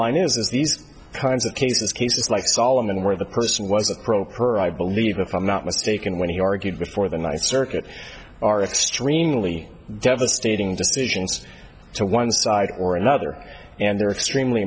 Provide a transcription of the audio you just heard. line is these kinds of cases cases like solomon where the person was appropriate i believe if i'm not mistaken when he argued before the ninth circuit are extremely devastating decisions to one side or another and they're extremely